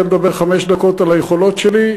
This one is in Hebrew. אתה רוצה לדבר חמש דקות על היכולות שלי,